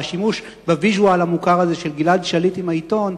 והשימוש בוויז'ואל המוכר הזה של גלעד שליט עם העיתון